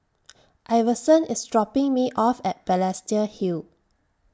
Iverson IS dropping Me off At Balestier Hill